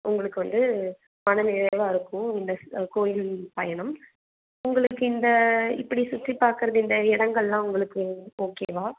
உங்களுக்கு வந்து மனநிறைவாக இருக்கும் இந்தஸ் கோயில் பயணம் உங்களுக்கு இந்த இப்படிச் சுற்றி பார்க்கறது இந்த இடங்கள்லாம் உங்களுக்கு ஓகேவா